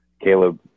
Caleb